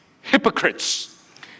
hypocrites